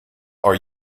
are